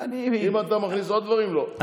אם אתה מכניס עוד דברים, לא.